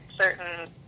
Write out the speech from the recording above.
certain